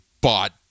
bought